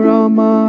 Rama